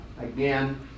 Again